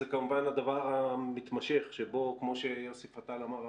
זה כמובן הדבר המתמשך שבו כמו יוסי פתאל אמר,